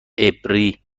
عبری